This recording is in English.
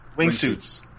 wingsuits